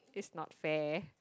it's not fair